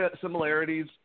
similarities